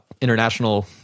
international